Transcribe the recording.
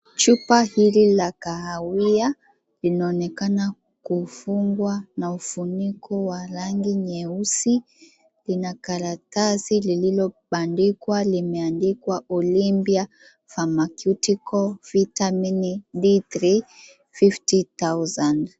Chupa hili la kahawia linaonekana kufungwa na ufuniko wa rangi nyeusi lina karatasi lililobandikwa limeandikwa Olimbia Pharmaceutical Vitamin D3 50,000.